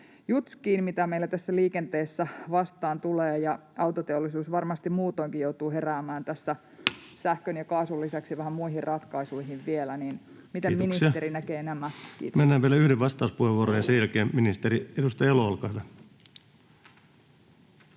jutskiin, mitä meillä tässä liikenteessä vastaan tulee, ja autoteollisuus varmasti muutoinkin joutuu heräämään tässä sähkön ja kaasun lisäksi vähän muihin ratkaisuihin vielä. [Puhemies: Kiitoksia!] Miten ministeri näkee nämä? Myönnän vielä yhden vastauspuheenvuoron, ja sen jälkeen ministeri. — Edustaja Elo, olkaa hyvä.